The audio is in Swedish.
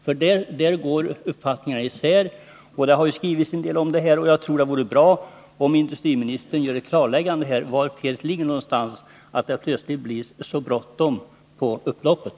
Därvidlag går uppfattningarna isär, och det har skrivits en del om detta. Jag tror att det vore bra om industriministern kunde göra ett klarläggande här. Var någonstans ligger felet, när det plötsligt har blivit så bråttom på upploppet?